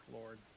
Lord